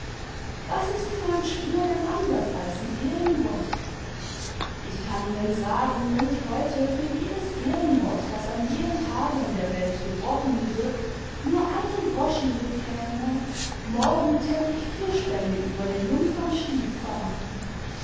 was ist so ein schwur denn anders als n ehrenwort ich kann ihnen sagen wenn ich heute für jedes ehrenwort das an jedem tage in der welt gebtochen wird nur einen groschen bekäme morgen tat ich vierspännig über den jungfernstieg fahren